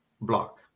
block